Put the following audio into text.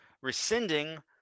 rescinding